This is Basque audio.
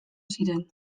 ziren